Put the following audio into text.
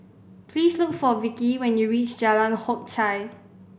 please look for Vickie when you reach Jalan Hock Chye